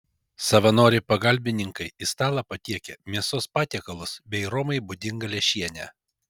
savanoriai pagalbininkai į stalą patiekia mėsos patiekalus bei romai būdingą lęšienę